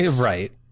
Right